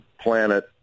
planet